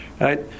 Right